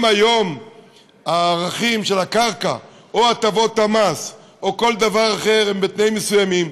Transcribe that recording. אם היום הערכים של הקרקע או הטבות המס או כל דבר אחר הם בתנאים מסוימים,